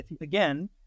again